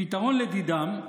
הפתרון, לדידם,